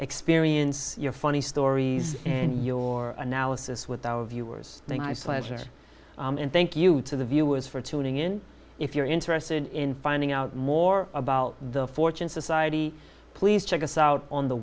experience your funny stories and your analysis with our viewers pleasure and thank you to the viewers for tuning in if you're interested in finding out more about the fortune society please check us out on the